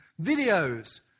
videos